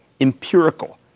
empirical